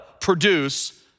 produce